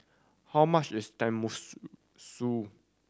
how much is Tenmusu